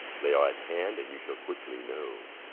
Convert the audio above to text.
they are at hand, and you shall quickly know.